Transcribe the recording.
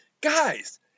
guys